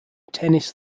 tennis